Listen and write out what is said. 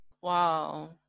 Wow